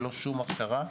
ללא שום הכשרה.